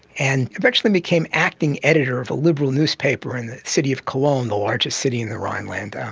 and eventually became acting editor of a liberal newspaper in the city of cologne, the largest city in the rhineland, um